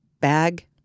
bag